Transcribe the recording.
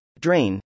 Drain